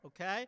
Okay